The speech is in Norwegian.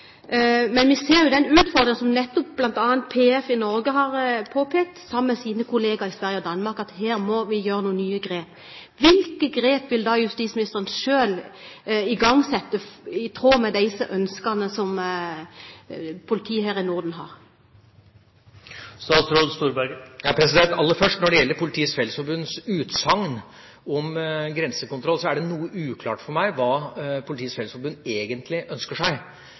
utfordringen som bl.a. Politiets Fellesforbund i Norge har påpekt, sammen med sine kolleger i Sverige og Danmark, at her må vi gjøre noen nye grep. Hvilke grep vil justisministeren selv igangsette, i tråd med de ønskene som politiet her i Norden har? Aller først: Når det gjelder Politiets Fellesforbunds utsagn om grensekontroll, er det noe uklart for meg hva Politiets Fellesforbund egentlig ønsker seg.